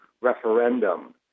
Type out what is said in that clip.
referendum